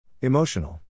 emotional